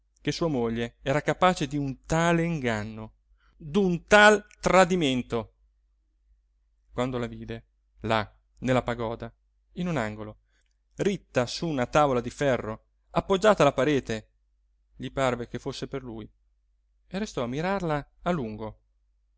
che sua moglie era capace di un tale inganno d'un tal tradimento quando la vide là nella pagoda in un angolo ritta su una tavola di ferro appoggiata alla parete gli parve che fosse per lui e restò a mirarla a lungo